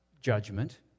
judgment